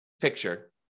picture